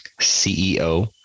CEO